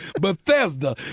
Bethesda